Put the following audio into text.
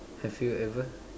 have you ever